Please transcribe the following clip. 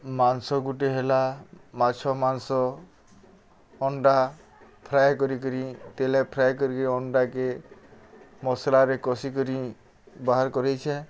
ମାଂସ ଗୁଟେ ହେଲା ମାଛ ମାଂସ ଅଣ୍ଡା ଫ୍ରାଏ କରିକରି ତେଲେ ଫ୍ରାଏ କରିକି ଅଣ୍ଡାକେ ମସ୍ଲାରେ କଷିକରି ବାହାର କରେଇଛେଁ